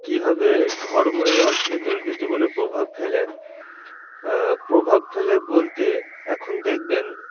কীভাবে ধর্ম এই অঞ্চলে দৈনন্দিন জীবনে প্রভাব ফেলে প্রভাব ফেলে বলতে এখন দেখবেন